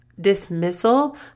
dismissal